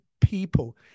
people